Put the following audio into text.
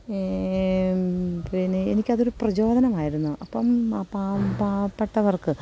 പിന്നെ എനിക്കതൊരു പ്രചോദനമായിരുന്നു അപ്പം പാ പാവപ്പെട്ടവർക്ക്